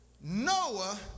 Noah